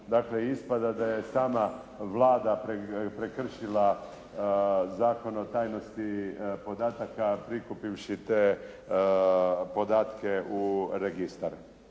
Dakle, ispada da je sama Vlada prekršila Zakon o tajnosti podataka prikupivši te podatke u registar.